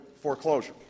foreclosure